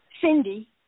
Cindy